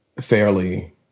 fairly